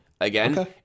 Again